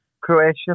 Croatian